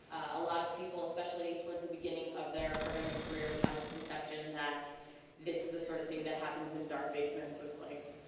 a lot of people, especially towards the beginning of their programming careers have this conception this is the sort of thing that happens in dark basements with like,